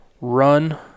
run